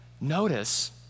Notice